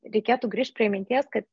reikėtų grįžt prie minties kad